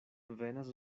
venas